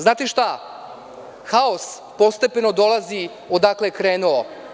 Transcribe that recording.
Znate šta, haos postepeno dolazi odakle je krenuo.